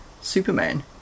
Superman